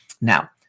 Now